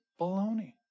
Baloney